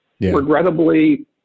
regrettably